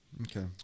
Okay